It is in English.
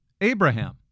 Abraham